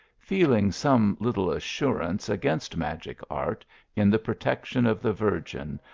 feel ing some little assurance against magic art in the. protection of the virgin,